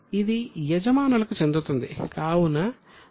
ఇది యజమానులకు చెందుతుంది కావున వారి నిధికి జతచేయాలి